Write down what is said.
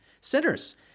sinners